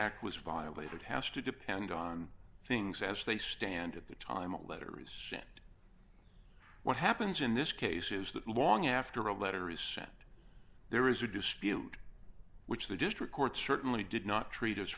act was violated has to depend on things as they stand at the time a letter is sent what happens in this case is that long after a letter is sent there is a dispute which the district court certainly did not treat